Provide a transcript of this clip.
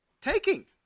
Taking